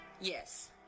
Yes